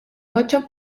ocho